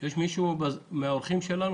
יש מישהו מהאורחים שלנו?